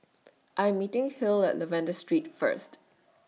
I Am meeting Hill At Lavender Street First